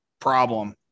problem